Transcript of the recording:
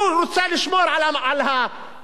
הוא רוצה לשמור על הדינמיקה,